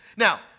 Now